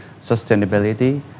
sustainability